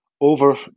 over